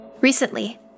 Recently